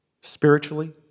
spiritually